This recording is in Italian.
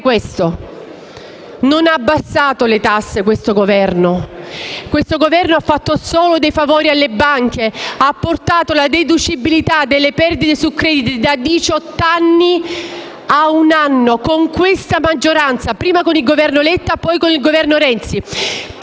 Non ha abbassato le tasse questo Governo, ma ha fatto solo dei favori alle banche: ha portato la deducibilità delle perdite su crediti da diciotto anni a un anno. Con questa maggioranza, prima con il Governo Letta e poi con il Governo Renzi,